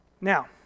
Now